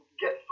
get